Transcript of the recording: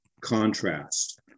contrast